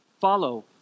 follow